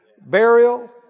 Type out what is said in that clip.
burial